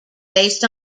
based